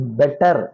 better